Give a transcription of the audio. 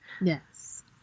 yes